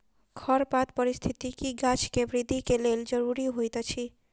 खरपात पारिस्थितिकी गाछ के वृद्धि के लेल ज़रूरी होइत अछि